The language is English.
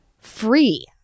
free